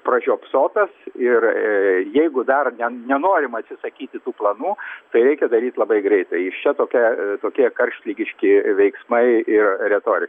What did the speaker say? pražiopsotas ir jeigu dar nenorima atsisakyti tų planų tai reikia daryt labai greitai iš čia tokia tokie karštligiški veiksmai ir retorika